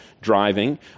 driving